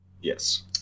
Yes